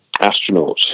astronauts